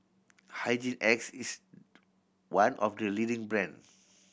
Hygin X is one of the leading brands